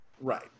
right